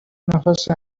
نفس